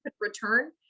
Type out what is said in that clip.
return